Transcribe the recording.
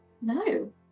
No